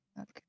Okay